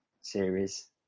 series